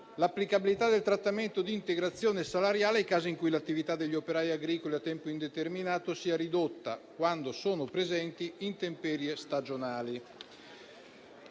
l'applicabilità del trattamento di integrazione salariale ai casi in cui l'attività degli operai agricoli a tempo indeterminato sia ridotta quando sono presenti intemperie stagionali.